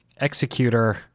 executor